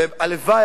הלוואי,